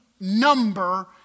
number